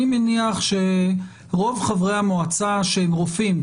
אני מניח שרוב חברי המועצה שהם רופאים,